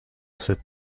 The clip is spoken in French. c’est